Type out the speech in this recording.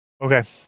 Okay